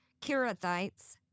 Kirathites